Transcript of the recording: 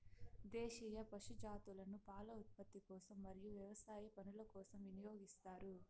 దేశీయ పశు జాతులను పాల ఉత్పత్తి కోసం మరియు వ్యవసాయ పనుల కోసం వినియోగిస్తారు